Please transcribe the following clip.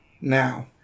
now